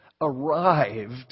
arrived